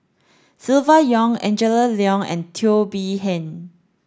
Silvia Yong Angela Liong and Teo Bee Yen